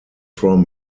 from